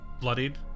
bloodied